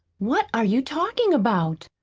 what are you talkin' about?